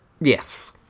Yes